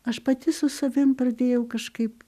aš pati su savim pradėjau kažkaip